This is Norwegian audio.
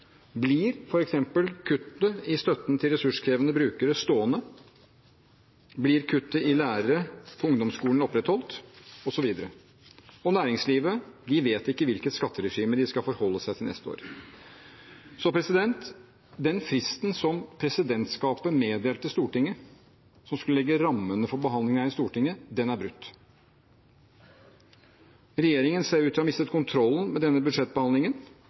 Blir f.eks. kuttet i støtten til ressurskrevende brukere stående? Blir kuttet for lærere på ungdomsskolen opprettholdt, osv.? Og næringslivet vet ikke hvilket skatteregime de skal forholde seg til neste år. Den fristen som presidentskapet meddelte Stortinget, og som skulle legge rammene for behandlingen her i Stortinget, er brutt. Regjeringen ser ut til å ha mistet kontrollen med denne budsjettbehandlingen.